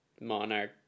monarch